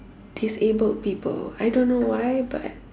disabled people I don't why but